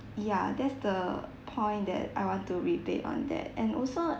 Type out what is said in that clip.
yeah that's the point that I want to debate on that and also